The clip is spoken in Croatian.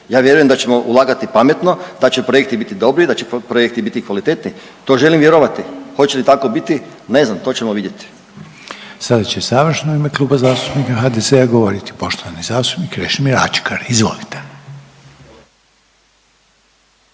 Ja vjerujem da ćemo ulagati pametno, da će projekti biti dobri, da će projekti biti kvalitetni. To želim vjerovati. Hoće li tako biti, ne znam to ćemo vidjeti. **Reiner, Željko (HDZ)** Sada će završno u ime Kluba zastupnika HDZ-a govoriti poštovani zastupnik Krešimir Ačkar. Izvolite.